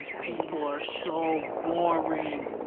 people are so boring.